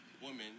women